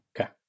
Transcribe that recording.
Okay